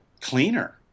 cleaner